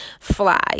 fly